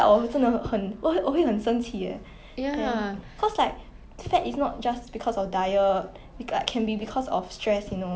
如果你的 throat right there's this two illness called hyperthyroidism or hypothyroidism I'm not very sure if it's pronounced as thyroid or what